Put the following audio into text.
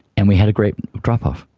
and we had a great drop-off,